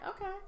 okay